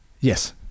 yes